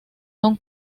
son